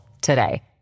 today